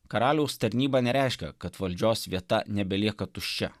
karaliaus tarnybą nereiškia kad valdžios vieta nebelieka tuščia